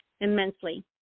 immensely